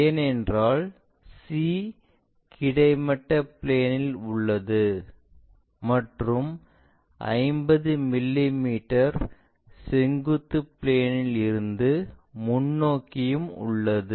ஏனென்றால் c கிடைமட்ட plane இல் உள்ளது மற்றும் 50 மில்லி மீட்டர் செங்குத்து பிளேன் இல் இருந்து முன்னோக்கியும் உள்ளது